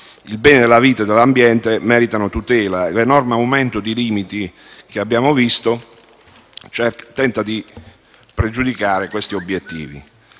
Il bene della vita e dell'ambiente meritano tutela e l'enorme aumento di limiti che abbiamo visto tenta di pregiudicare questi obiettivi.